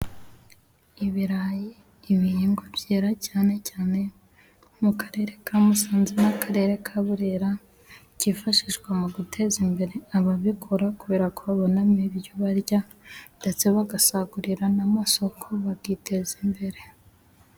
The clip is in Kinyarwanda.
Ibirayi n'ibihingwa byera cyane cyane mu karere ka Musanze, n'akarere ka Burera .byifashishwa mu guteza imbere ababikora, kubera ko babonamo ibyo barya ndetse bagasagurira n'amasoko bakiteza imbere.